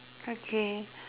okay